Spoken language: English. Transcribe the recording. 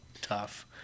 tough